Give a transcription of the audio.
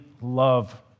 love